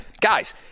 Guys